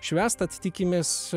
švęs tad tikimės